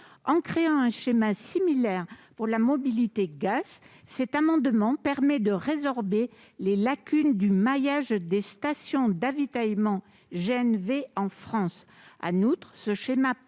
La création d'un schéma similaire pour la mobilité gaz permettrait de résorber les lacunes du maillage des stations d'avitaillement en GNV en France.